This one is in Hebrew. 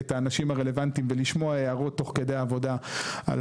את האנשים הרלבנטיים ולשמוע הערות תוך כדי העבודה על